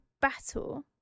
battle